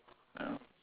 ya